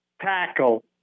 tackle